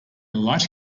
light